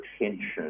attention